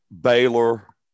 Baylor